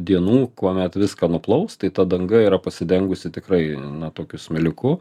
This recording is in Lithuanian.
dienų kuomet viską nuplaus tai ta danga yra pasidengusi tikrai na tokiu smėliuku